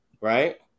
right